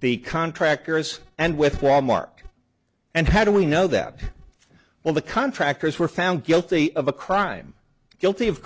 the contractors and with wal mart and how do we know that when the contractors were found guilty of a crime guilty of